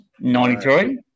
93